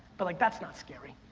but like that's not scary.